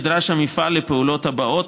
נדרש המפעל לפעולות הבאות,